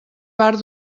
part